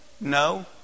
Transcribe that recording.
No